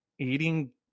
Eating